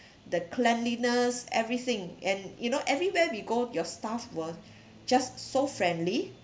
the cleanliness everything and you know everywhere we go your staff were just so friendly